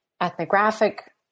ethnographic